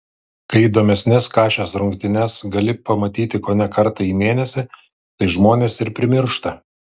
kai įdomesnes kašės rungtynes gali pamatyti kone kartą į mėnesį tai žmonės ir primiršta